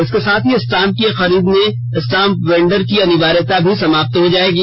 इसके साथ ही स्टाम्प की खरीद में स्टाम्प वेंडर की अनिवार्यता भी समाप्त हो जाएगी